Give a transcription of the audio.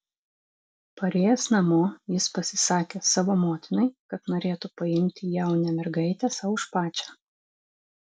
parėjęs namo jis pasisakė savo motinai kad norėtų paimti jaunę mergaitę sau už pačią